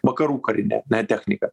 vakarų karinė technika